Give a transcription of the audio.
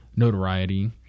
notoriety